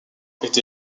étaient